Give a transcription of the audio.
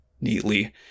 neatly